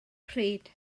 pryd